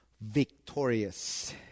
victorious